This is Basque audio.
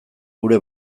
gure